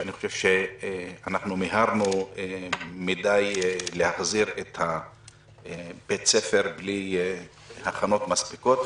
שאני חושב שמיהרנו מדי להחזיר את בתי הספר בלי הכנות מספיקות,